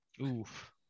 Oof